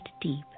deep